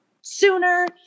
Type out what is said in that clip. sooner